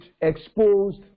exposed